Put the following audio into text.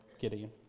Gideon